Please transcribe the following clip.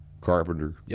carpenter